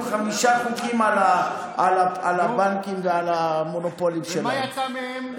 חמישה חוקים על הבנקים ועל המונופולים שלהם.